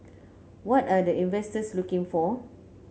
what are the investors looking for